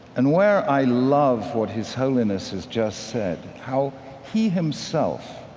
and where i love what his holiness has just said, how he himself